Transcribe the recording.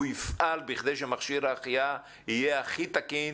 הוא יפעל כדי שמכשיר ההחייאה יהיה הכי תקין